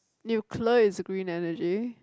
nuclear is the green energy